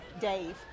Dave